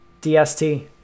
DST